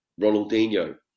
Ronaldinho